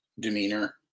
Demeanor